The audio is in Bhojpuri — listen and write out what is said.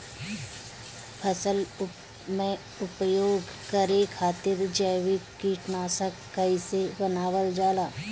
फसल में उपयोग करे खातिर जैविक कीटनाशक कइसे बनावल जाला?